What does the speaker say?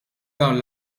dan